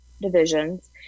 divisions